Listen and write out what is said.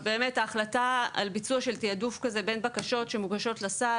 ההחלטה על ביצוע של תיעדוף בין בקשות שמוגשות לסל